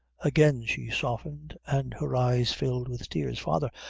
again she softened, and her eyes filled with tears. father,